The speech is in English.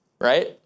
Right